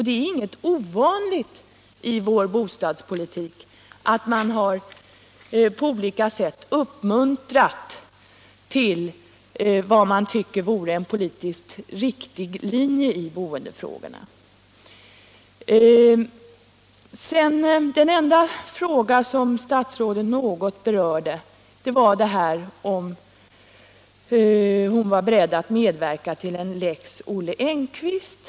Det är inget ovanligt i vår bostadspolitik att man på olika sätt har uppmuntrat till vad man tycker vore en politiskt riktig linje i boendefrågorna. Den enda fråga som statsrådet något berörde var om hon var beredd att medverka till en Lex Olle Engkvist.